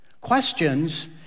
Questions